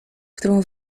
którą